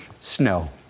snow